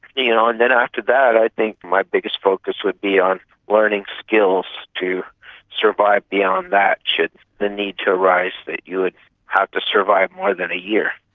you know and then after that i think my biggest focus would be on learning skills to survive beyond that, should the need arise that you would have to survive more than a year.